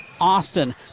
Austin